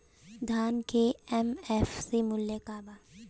धान के एम.एफ.सी मूल्य का बा?